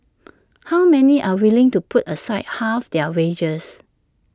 how many are willing to put aside half their wages